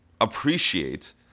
appreciate